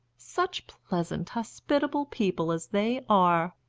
such pleasant, hospitable people as they are!